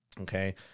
okay